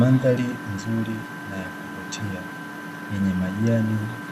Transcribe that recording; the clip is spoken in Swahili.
Madhari nzuri na yakuvutia, yenye majani